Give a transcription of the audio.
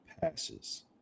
passes